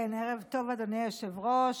היושב-ראש.